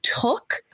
took